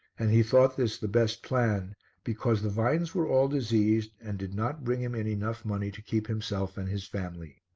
and he thought this the best plan because the vines were all diseased and did not bring him in enough money to keep himself and his family.